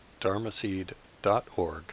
dharmaseed.org